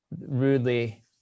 rudely